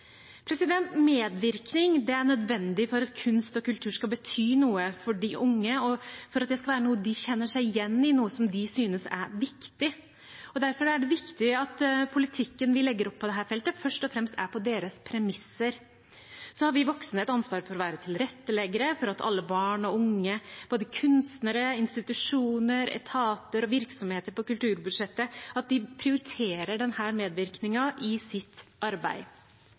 Medvirkning er nødvendig for at kunst og kultur skal bety noe for de unge, og for at det skal være noe de kjenner seg igjen i, noe de synes er viktig. Derfor er det viktig at politikken vi legger opp på dette feltet, først og fremst er på deres premisser. Så har vi voksne et ansvar for å være tilretteleggere for alle barn og unge, og for at både kunstnere, institusjoner, etater og virksomheter på kulturbudsjettet prioriterer denne medvirkningen i sitt arbeid.